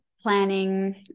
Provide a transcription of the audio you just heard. planning